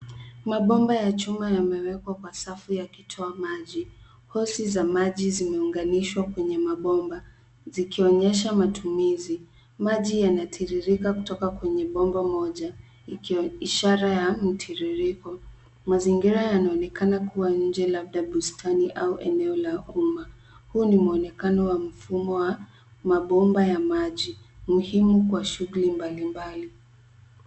Mabomba ya chuma yamewekwa kwa safu yakitoa maji. Hosi za maji zimeunganishwa kwenye mabomba, zikionyesha matumizi. Maji yanatiririka kutoka kwenye bomba moja ikiwa ishara ya mtiririko. Mazingira yanaonekana kuwa nje labda bustani au eneo la umma. Huu ni mwonekano wa mfumo wa mabomba ya maji, muhimu kwa shughuli mbalimbali.